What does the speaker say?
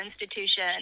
Institution